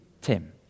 Tim